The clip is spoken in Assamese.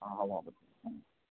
অঁ হ'ব হ'ব